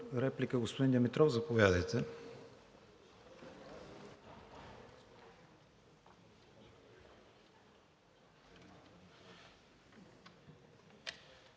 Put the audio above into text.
реплика – господин Димитров, заповядайте.